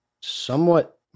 somewhat